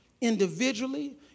individually